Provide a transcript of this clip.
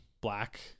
Black